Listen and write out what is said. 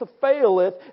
faileth